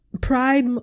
pride